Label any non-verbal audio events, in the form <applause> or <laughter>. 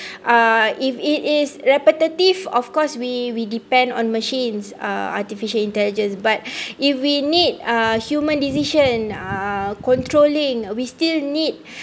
uh if it is repetitive of course we we depend on machines uh artificial intelligence but <breath> if we need a human decision uh controlling we still need <breath>